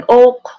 oak